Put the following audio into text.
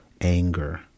anger